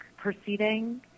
Proceeding